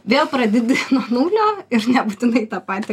vėl prededi nuo nulio ir nebūtinai tą patį